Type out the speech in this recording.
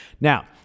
Now